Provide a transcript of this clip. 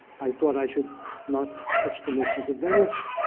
i thought i should not touch the merchant of venice